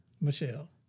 Michelle